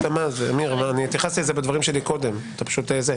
עמיר, אני התייחסתי לזה בדברים שלי קודם לכן.